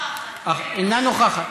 אינה נוכחת.